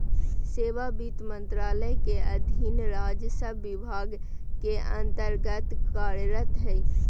सेवा वित्त मंत्रालय के अधीन राजस्व विभाग के अन्तर्गत्त कार्यरत हइ